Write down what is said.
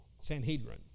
Sanhedrin